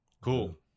Cool